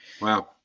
Wow